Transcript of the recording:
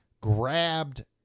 grabbed